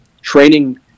training